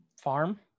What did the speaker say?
farm